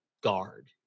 guard